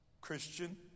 Christian